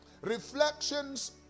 Reflections